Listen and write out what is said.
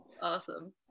Awesome